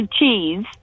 Cheese